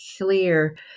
clear